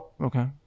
Okay